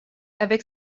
avec